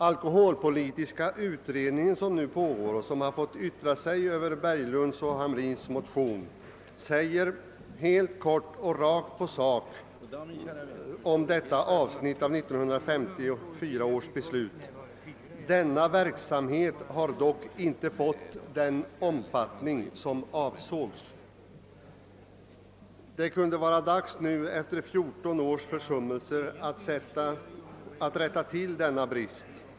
Alkoholpolitiska utredningen, som nu pågår och som fått yttra sig över herr Berglunds och herr Hamrins motion, uttalar sig kort och rakt på sak om detta avsnitt i 1954 års beslut: »Denna verksamhet har dock inte fått den omfattning som avsågs.» Det kan nu efter 14 års försummelser vara dags att rätta till denna brist.